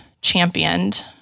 championed